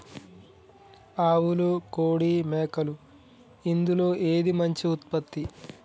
ఆవులు కోడి మేకలు ఇందులో ఏది మంచి ఉత్పత్తి?